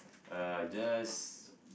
uh just